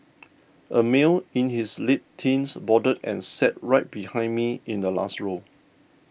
a male in his late teens boarded and sat right behind me in the last row